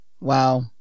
wow